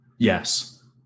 Yes